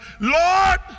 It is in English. Lord